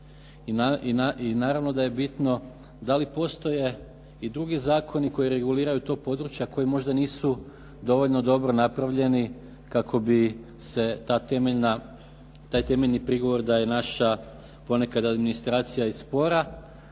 I naravno da je bitno da li postoje i drugi zakoni koji reguliraju to područje a koji možda nisu dovoljno dobro napravljeni kako bi se taj temeljni prigovor da je naša ponekad administracija i spora,